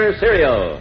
cereal